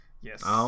Yes